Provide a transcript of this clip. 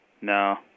No